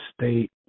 State